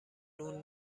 اون